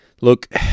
look